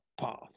path